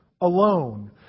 alone